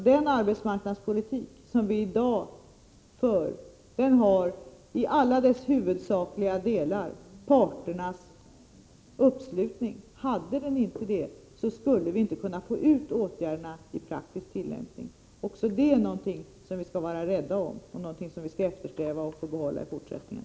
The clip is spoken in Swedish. Den arbetsmarknadspolitik som vi i dag för har i alla huvudsakliga delar parternas gillande. Hade den inte det, skulle vi inte kunna få ut åtgärderna i praktisk tillämpning. Och det är något som vi skall vara rädda om, och sträva efter att få behålla i fortsättningen.